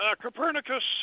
Copernicus